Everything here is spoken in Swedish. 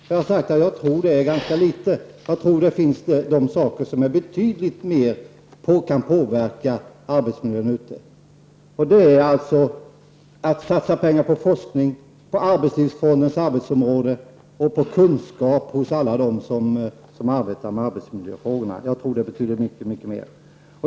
Jag tror att sjuklönen kan påverka ganska litet och att det finns andra saker som betydligt mer kan påverka arbetsmiljön, dvs. att satsa pengar på forskning på arbetslivsfondens arbetsområde och kunskap hos alla dem som arbetar med arbetsmiljöfrågorna. Jag tror att det betyder mycket mer.